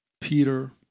Peter